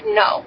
no